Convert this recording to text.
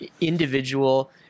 individual